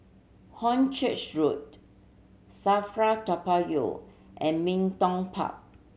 Hornchurch Road SAFRA Toa Payoh and Bin Tong Park